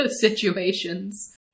situations